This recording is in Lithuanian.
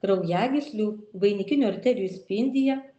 kraujagyslių vainikinių arterijų spindyje